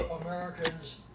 Americans